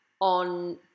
on